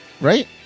right